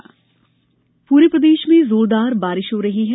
मौसम बारिश पूरे प्रदेश में जोरदार बारिश हो रही है